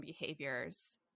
behaviors